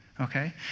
okay